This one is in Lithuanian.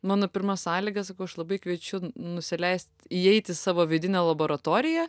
mano pirma sąlygas aš sakau aš labai kviečiu nusileist įeit į savo vidinę laboratoriją